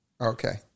Okay